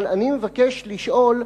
אבל אני מבקש לשאול,